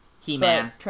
He-Man